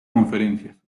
conferencias